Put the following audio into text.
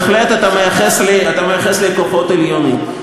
בהחלט, אתה מייחס לי כוחות עליונים.